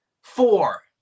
four